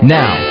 now